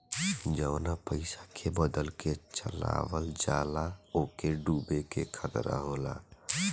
जवना पइसा के बदल के चलावल जाला ओके डूबे के खतरा होला